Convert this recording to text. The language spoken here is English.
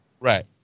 Right